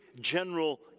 general